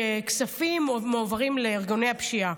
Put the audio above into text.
שכספים מועברים לארגוני הפשיעה.